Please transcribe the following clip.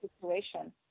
situation